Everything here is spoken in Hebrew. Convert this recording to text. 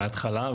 יש הכול מהכול.